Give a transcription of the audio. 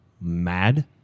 mad